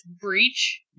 Breach